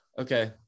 Okay